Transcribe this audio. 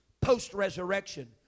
post-resurrection